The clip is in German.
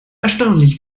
erstaunlich